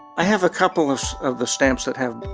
i have a couple of of the stamps that have